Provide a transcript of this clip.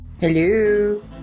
Hello